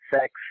sex